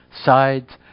sides